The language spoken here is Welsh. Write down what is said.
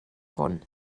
hwn